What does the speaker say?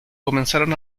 comenzaron